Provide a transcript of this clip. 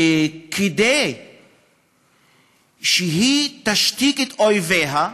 שכדי שהיא תשתיק את אויביה,